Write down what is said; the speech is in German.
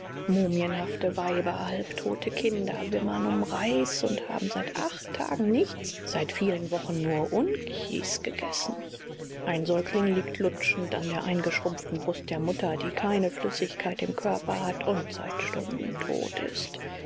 mumienhafte weiber halbtote kinder wimmern um reis und haben seit acht tagen nichts seit vielen wochen nur unkjis gegessen ein säugling liegt lutschend an der eingeschrumpften brust der mutter die keine flüssigkeit im körper hat und seit stunden tot ist